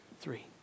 three